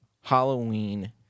halloween